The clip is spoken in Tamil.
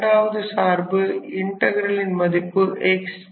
இரண்டாவது சார்பு இன்டகிரலின் மதிப்பு x